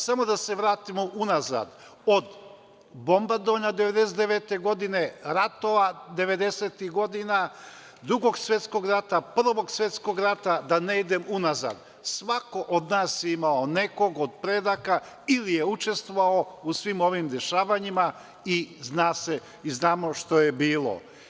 Samo da se vratimo unazad od bombardovanja 1999. godine, ratova 90-ih godina, Drugog svetskog rata, Prvog svetskog rata, da ne idem unazad, svako od nas je imao nekog od predaka ili je učestvovao u svim ovim dešavanjima i znamo šta je bilo.